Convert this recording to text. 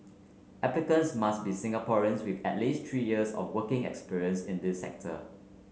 applicants must be Singaporeans with at least three years of working experience in the sector